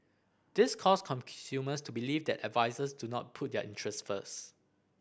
this caused consumers to believe that advisers do not put their interest first